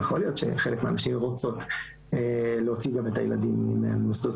יכול להיות שחלק מהנשים רוצות להוציא גם את הילדים ממוסדות